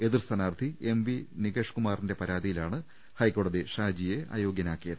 എതിർ സ്ഥാനാർത്ഥി M V നികേഷ്കുമാറിന്റെ പരാതിയിലാണ് ഹൈക്കോടതി ഷാജിയെ അയോഗ്യനാക്കിയത്